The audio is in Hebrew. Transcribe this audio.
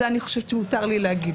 זה אני חושבת שמותר לי להגיד.